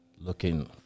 looking